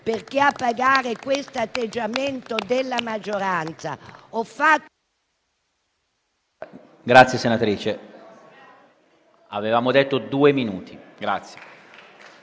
perché a pagare questo atteggiamento della maggioranza… *(Il